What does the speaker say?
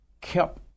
kept